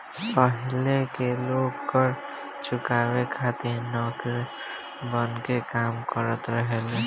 पाहिले के लोग कर चुकावे खातिर नौकर बनके काम करत रहले